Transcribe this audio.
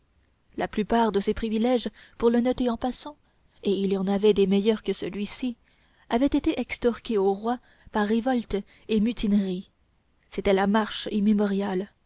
la plupart de ces privilèges pour le noter en passant et il y en avait de meilleurs que celui-ci avaient été extorqués aux rois par révoltes et mutineries c'est la marche immémoriale